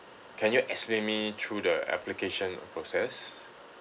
can you explain me through the application process